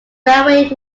railway